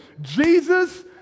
Jesus